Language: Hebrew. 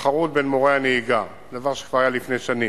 תחרות בין מורי הנהיגה, דבר שכבר היה לפני שנים.